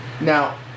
Now